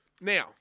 Now